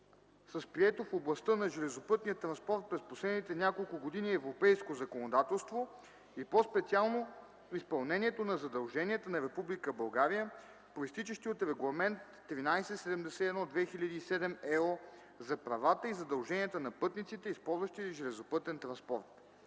с прието в областта на железопътния транспорт през последните няколко години европейско законодателство и по-специално изпълнението на задълженията на Република България, произтичащи от Регламент 1371/2007/ЕО за правата и задълженията на пътниците, използващи железопътен транспорт.